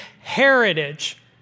heritage